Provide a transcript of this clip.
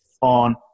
on